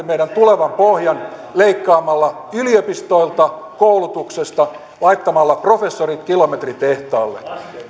meidän tulevan pohjan leikkaamalla yliopistoilta ja koulutuksesta ja laittamalla professorit kilometritehtaalle